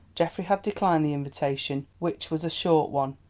geoffrey had declined the invitation, which was a short one,